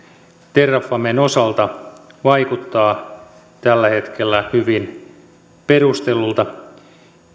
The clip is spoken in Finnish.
terrafamen osalta vaikuttaa tällä hetkellä hyvin perustellulta